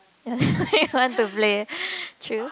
you want to play true